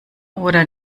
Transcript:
oder